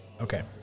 Okay